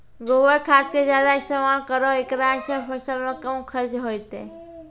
गोबर खाद के ज्यादा इस्तेमाल करौ ऐकरा से फसल मे कम खर्च होईतै?